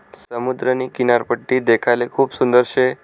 समुद्रनी किनारपट्टी देखाले खूप सुंदर शे